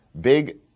big